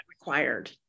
required